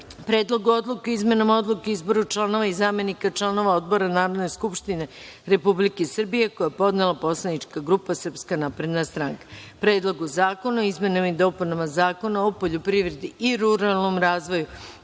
Predlogu odluke o izmenama Odluke o izboru članova i zamenika članova odbora Narodne skupštine Republike Srbije, koji je podnela poslanička grupa SNS; Predlogu zakona o izmenama i dopunama Zakona o poljoprivredi i ruralnom razvoju;